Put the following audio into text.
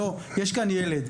לא, יש כאן ילד.